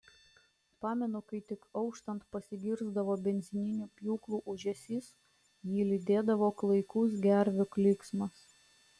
pamenu kai tik auštant pasigirsdavo benzininių pjūklų ūžesys jį lydėdavo klaikus gervių klyksmas